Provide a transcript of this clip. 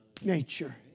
nature